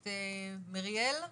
את מריאל.